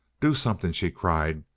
do something, she cried.